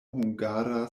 hungara